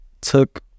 took